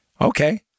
Okay